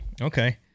Okay